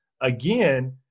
again